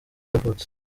yavutse